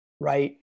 right